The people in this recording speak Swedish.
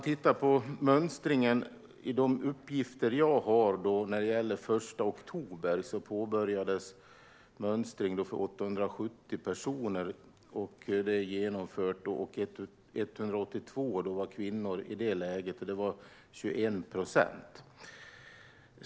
Enligt de uppgifter jag har påbörjades mönstring för 870 personer den 1 oktober. Det är nu genomfört. 182 av dem var kvinnor, det vill säga 21 procent.